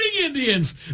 Indians